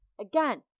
Again